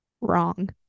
Wrong